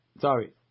Sorry